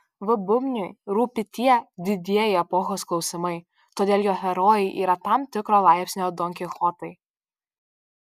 v bubniui rūpi tie didieji epochos klausimai todėl jo herojai yra tam tikro laipsnio donkichotai